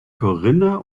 corinna